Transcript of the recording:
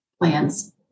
plans